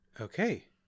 Okay